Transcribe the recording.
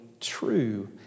True